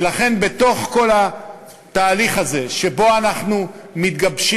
ולכן, בתוך כל התהליך הזה שבו אנחנו מתגבשים,